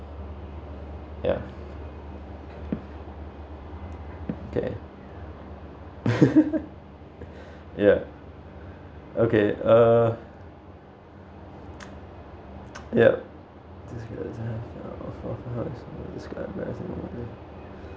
ya okay ya okay uh yup